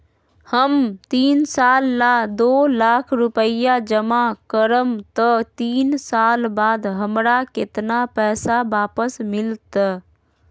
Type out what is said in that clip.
हम तीन साल ला दो लाख रूपैया जमा करम त तीन साल बाद हमरा केतना पैसा वापस मिलत?